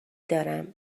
دارم